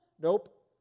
nope